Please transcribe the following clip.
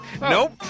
Nope